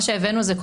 מה שהבאנו זה,